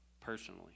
personally